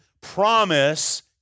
Promise